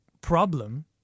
problem